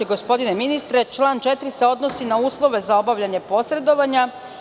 Gospodine ministre, član 4. se odnosi na uslove za obavljanje posredovanja.